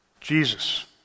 Jesus